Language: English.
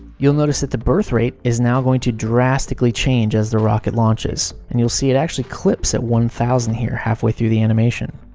you'll notice that the birth rate is now going to drastically change as the rocket launches. and you'll see that it actually clips at one thousand here, halfway through the animation.